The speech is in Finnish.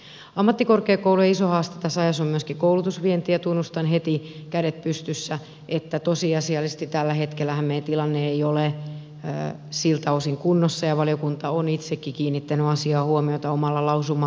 ammattikorkeakoulujen iso haaste tässä ajassa on myöskin koulutusvienti ja tunnustan heti kädet pystyssä että tosiasiallisesti tällä hetkellähän meidän tilanne ei ole siltä osin kunnossa ja valiokunta on itsekin kiinnittänyt asiaan huomiota omalla lausumalla